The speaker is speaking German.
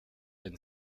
ein